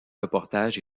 reportages